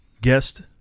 guest